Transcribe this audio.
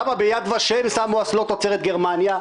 למה ביד ושם שמו אסלות תוצרת גרמניה?